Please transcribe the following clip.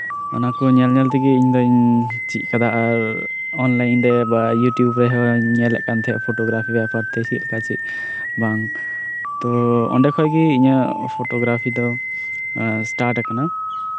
ᱚᱱᱟᱠᱚ ᱧᱮᱞ ᱧᱮᱞ ᱛᱮᱜᱮ ᱤᱧ ᱫᱩᱧ ᱪᱮᱫ ᱠᱟᱫᱟ ᱟᱨ ᱚᱱᱞᱟᱭᱤᱱᱨᱮ ᱵᱟ ᱤᱭᱩᱴᱩᱵᱽ ᱨᱮᱦᱚᱸ ᱧᱮᱞ ᱮᱫ ᱛᱟᱦᱮᱸᱫᱼᱟ ᱯᱷᱳᱴᱳᱜᱨᱟᱯᱷᱤ ᱵᱮᱯᱟᱨᱛᱮ ᱪᱮᱫ ᱞᱮᱠᱟ ᱪᱮᱫ ᱵᱟᱝ ᱛᱚ ᱚᱸᱰᱮ ᱠᱷᱚᱱ ᱜᱮ ᱤᱧᱟᱹᱜ ᱯᱷᱳᱴᱳ ᱜᱨᱟᱯᱷᱤ ᱫᱚ ᱥᱴᱟᱨᱴ ᱠᱟᱱᱟ